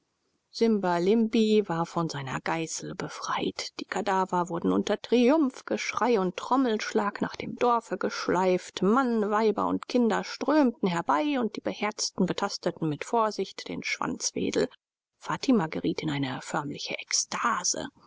simbalimpi war von seiner geißel befreit die kadaver wurden unter triumphgeschrei und trommelschlag nach dem dorfe geschleift männer weiber und kinder strömten herbei und die beherzten betasteten mit vorsicht den schwanzwedel fatima geriet in eine förmliche ekstase